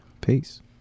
peace